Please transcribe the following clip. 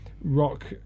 rock